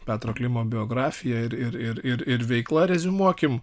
petro klimo biografija ir ir ir veikla reziumuokim